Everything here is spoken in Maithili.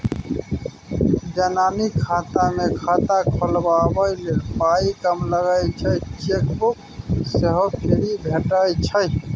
जनानी खाता मे खाता खोलबाबै लेल पाइ कम लगै छै चेकबुक सेहो फ्री भेटय छै